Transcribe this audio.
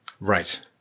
Right